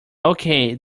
okay